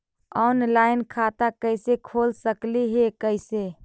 Online खाता कैसे खोल सकली हे कैसे?